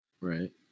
Right